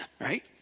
right